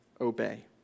obey